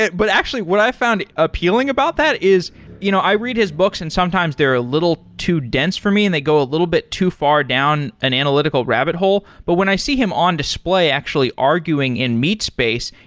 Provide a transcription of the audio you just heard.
but actually what i found appealing about that is you know i read his books and sometimes they're a little too dense for me and they go a little bit too far down an analytical rabbit hole. but when i see him on display actually arguing in meat space,